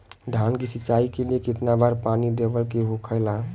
धान की सिंचाई के लिए कितना बार पानी देवल के होखेला?